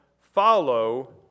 Follow